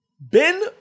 Ben